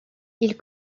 ils